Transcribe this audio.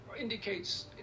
indicates